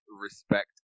respect